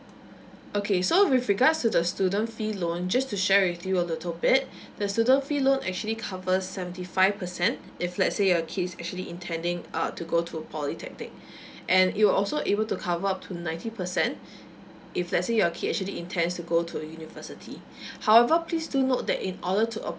okay so with regards to the student fee loan just to share with you a little bit the student fee loan actually covers seventy five percent if let's say your kids actually intending uh to go to polytechnic and it will also able to cover up to ninety percent if let's say your kids actually intend to go to a university however please do note that in order to apply